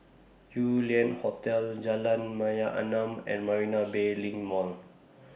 Yew Lian Hotel Jalan Mayaanam and Marina Bay LINK Mall